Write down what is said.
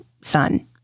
son